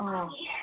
अँ